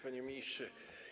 Panie Ministrze!